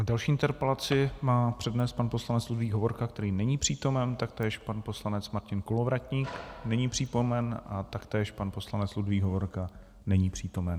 Další interpelaci má přednést pan poslanec Ludvík Hovorka, který není přítomen, taktéž pan poslanec Martin Kolovratník není přítomen a taktéž pan poslanec Ludvík Hovorka není přítomen.